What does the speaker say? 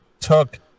took